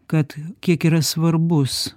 kad kiek yra svarbus